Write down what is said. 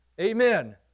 Amen